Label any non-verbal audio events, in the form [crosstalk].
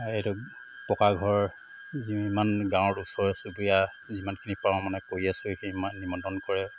এইটো পকা ঘৰ যিমান গাঁৱত ওচৰ চুবুৰীয়া যিমানখিনি পাওঁ মানে কৰি আছো এই [unintelligible] মানে নিমন্ত্ৰণ কৰে